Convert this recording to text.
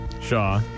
Shaw